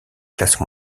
classe